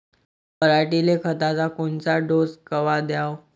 पऱ्हाटीले खताचा कोनचा डोस कवा द्याव?